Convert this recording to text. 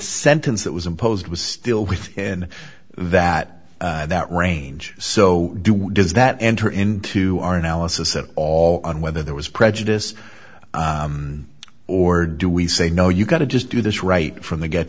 sentence that was imposed was still within that that range so does that enter into our analysis at all on whether there was prejudice or do we say no you've got to just do this right from the get